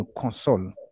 console